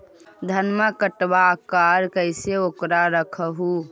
धनमा कटबाकार कैसे उकरा रख हू?